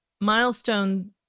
milestone